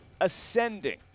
ascending